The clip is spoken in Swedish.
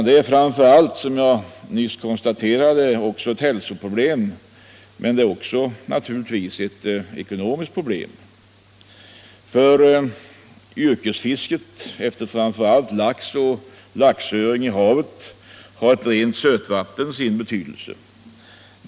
Det är framför allt, som jag nyss konstaterade, ett hälsoproblem och naturligtvis också ett ekonomiskt problem. För yrkesfisket på framför allt lax och laxöring i havet har ett rent sötvatten sin betydelse.